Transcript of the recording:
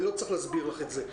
אני לא צריך להסביר לך את זה.